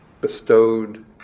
bestowed